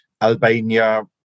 Albania